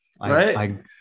right